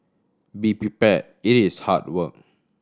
be prepared it is hard work